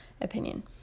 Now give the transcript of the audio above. opinion